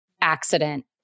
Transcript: accident